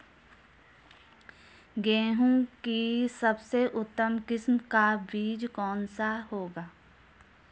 गेहूँ की सबसे उत्तम किस्म का बीज कौन सा होगा?